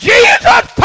Jesus